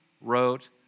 wrote